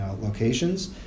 locations